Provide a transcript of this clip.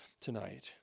tonight